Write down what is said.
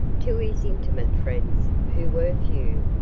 to his intimate friends, who were few,